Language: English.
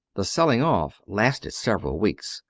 the selling off lasted several weeks,